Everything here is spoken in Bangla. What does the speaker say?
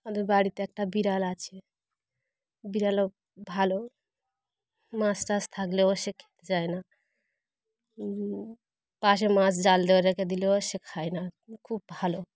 আমাদের বাড়িতে একটা বিড়াল আছে বিড়ালও ভালো মাছ টাছ থাকলেও সে খেতে চায় না পাশে মাছ জাল দিয়ে রেখে দিলেও সে খায় না খুব ভালো